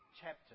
chapter